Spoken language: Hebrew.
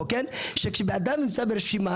אבא שכשאדם נמצא ברשימה,